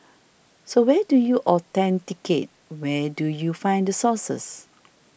so where do you authenticate where do you find the sources